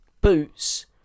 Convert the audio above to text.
boots